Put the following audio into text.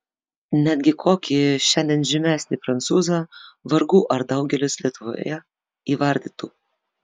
netgi kokį šiandien žymesnį prancūzą vargu ar daugelis lietuvoje įvardytų